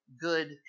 good